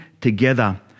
together